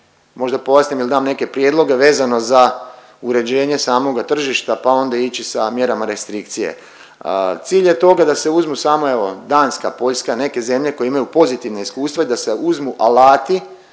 možda pojasnim ili dam neke prijedloge vezano za uređenje samoga tržišta pa onda ići sa mjerama restrikcije. Cilj je toga da se uzmu samo evo Danska, Poljska neke zemlje koje imaju pozitivna iskustva da se uzmu alati